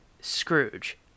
scrooge